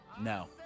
No